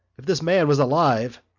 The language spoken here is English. if this man was alive,